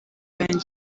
yanjye